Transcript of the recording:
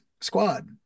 squad